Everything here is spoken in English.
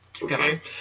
Okay